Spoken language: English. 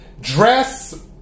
Dress